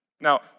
Now